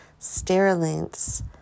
sterilants